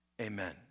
amen